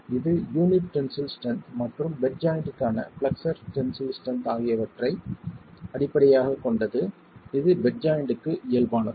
இது unit tensile strength மற்றும் butt ஜாய்ண்ட்க்கான பிளெக்ஸ்ஸர் டென்சில் ஸ்ட்ரென்த் ஆகியவற்றை அடிப்படையாகக் கொண்டது இது பெட் ஜாய்ண்ட்க்கு இயல்பானது